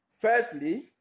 firstly